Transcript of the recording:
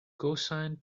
cosine